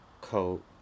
coat